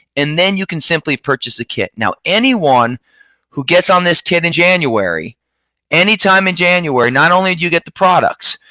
and then you can simply purchase a kit. now, anyone who gets on this kit in january anytime. and not only do you get the products,